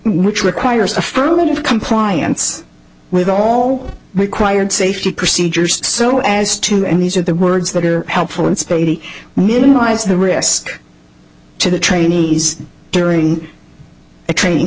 which requires affirmative compliance with all required safety procedures so as to know and these are the words that are helpful and spacey minimize the risk to the trainee is during a training